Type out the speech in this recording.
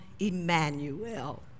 Emmanuel